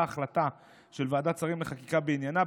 החלטה של ועדת שרים לחקיקה בעניינה.